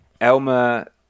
Elmer